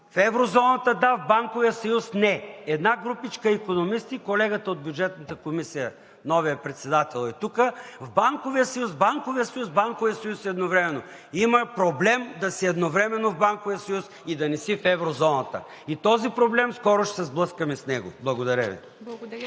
в еврозоната, да, в Банковия съюз – не. Една групичка икономисти – колегата от Бюджетната комисия, новият председател е тук, в Банковия съюз, в Банковия съюз, в Банковия съюз едновременно. Има проблем да си едновременно в Банковия съюз и да не си в еврозоната. С този проблем скоро ще се сблъскаме. Благодаря Ви.